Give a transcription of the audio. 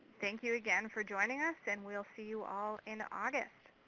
thank you again for joining us. and we'll see you all in august.